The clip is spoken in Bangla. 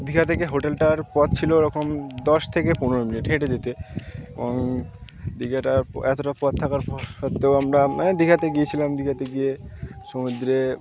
দীঘা থেকে হোটেলটার পথ ছিল এরকম দশ থেকে পনের মিনিট হেঁটে যেতে এবং দীঘাটার এতটা পথ থাকা সত্ত্বেও আমরা মানে দীঘাতে গিয়েছিলাম দীঘাতে গিয়ে সমুদ্রে